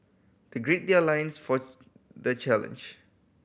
they gird their loins for the challenge